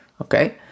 Okay